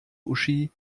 uschi